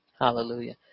Hallelujah